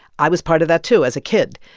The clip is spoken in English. i was part of that, too, as a kid.